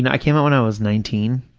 and i came out when i was nineteen,